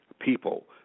people